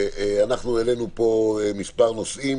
אנחנו העלינו פה מספר נושאים,